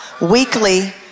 weekly